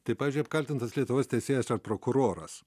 tai pavyzdžiui apkaltintas lietuvos teisėjas ar prokuroras